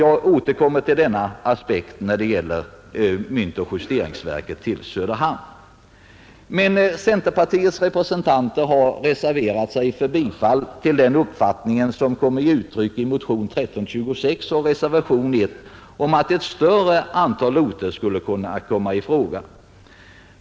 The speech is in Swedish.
Jag återkommer till denna aspekt när det gäller förslaget att flytta myntoch justeringsverket till Söderhamn, Centerpartiets representanter har reserverat sig för bifall till den uppfattning som kommer till uttryck i motionen 1326, att ett större antal orter borde komma i fråga.